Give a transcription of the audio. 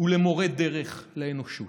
ולמורה דרך לאנושות".